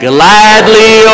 Gladly